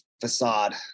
facade